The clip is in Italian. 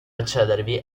accedervi